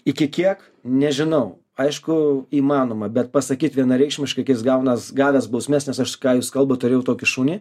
iki kiek nežinau aišku įmanoma bet pasakyt vienareikšmiškai kai jis gaunas gavęs bausmes nes aš ką jūs kalbat turėjau tokį šunį